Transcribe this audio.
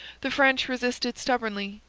the french resisted stubbornly,